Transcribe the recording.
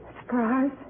Surprise